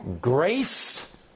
Grace